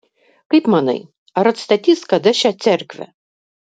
kaip manai ar atstatys kada šią cerkvę